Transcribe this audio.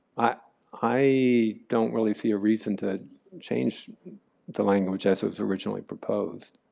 ah i don't really see a reason to change the language as it was originally proposed.